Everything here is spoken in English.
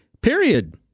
period